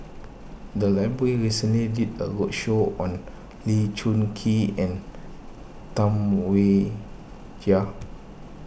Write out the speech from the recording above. the library recently did a roadshow on Lee Choon Kee and Tam Wai Jia